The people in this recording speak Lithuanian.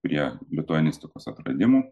prie lituanistikos atradimų